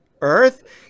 earth